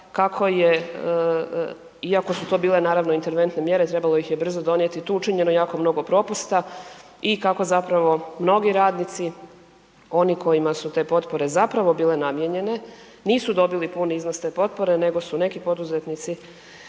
kako je, iako su to bile naravno interventne mjere trebalo ih je brzo donijeti, tu učinjeno je jako mnogo propusta i kako zapravo mnogi radnici, oni kojima su te potpore zapravo bile namijenjene, nisu dobili puni iznos te potpore nego su neki poduzetnici